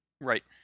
Right